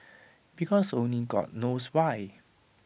because only God knows why